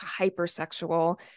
hypersexual